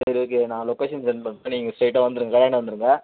சரி ஓகே நான் location send பண்ணுறேன் நீங்கள் ஸ்டெயிட்டாக வந்துடுங்க கடையாண்ட வந்துடுங்க